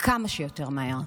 וכמה שיותר מהר.